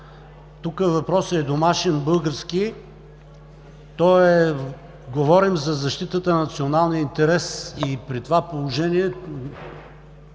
Тук въпросът е домашен, български. Говорим за защитата на националния интерес и при това положение